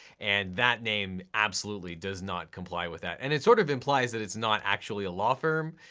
and that name absolutely does not comply with that, and it sort of implies that it's not actually a law firm.